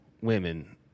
women